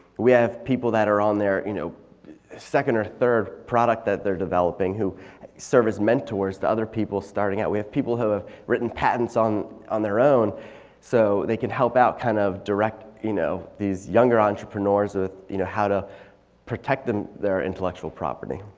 we have people that are on their you know second or third product that their developing who serve as mentors to other people starting out. we have people who have written patents on on their own so they can help out kind of direct you know these younger entrepreneurs. with you know how to protect and their intellectual property.